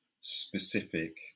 specific